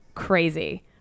crazy